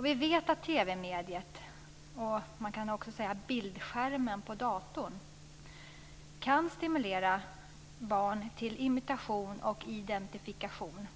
Vi vet att TV-mediet och, kan man också säga, bildskärmen på datorn kan stimulera barn till imitation och identifikation.